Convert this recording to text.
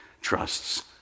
trusts